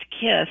kiss